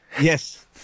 Yes